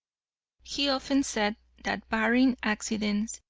he often said that, barring accidents,